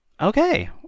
Okay